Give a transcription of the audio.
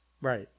Right